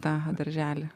tą darželį